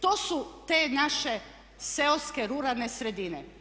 To su te naše seoske, ruralne sredine.